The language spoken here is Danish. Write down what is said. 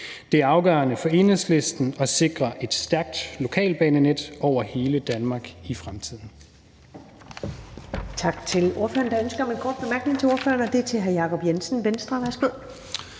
Det er afgørende for Enhedslisten at sikre et stærkt lokalbanenet over hele Danmark i fremtiden.